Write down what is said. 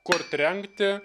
kur trenkti